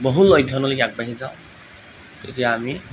বহুল অধ্যয়নলৈ আগবাঢ়ি যাওঁ তেতিয়া আমি